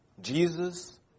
Jesus